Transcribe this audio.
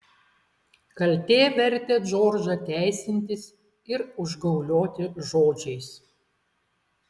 kaltė vertė džordžą teisintis ir užgaulioti žodžiais